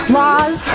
laws